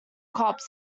crops